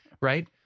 Right